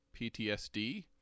PTSD